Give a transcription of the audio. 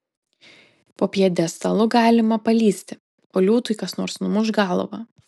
po pjedestalu galima palįsti o liūtui kas nors numuš galvą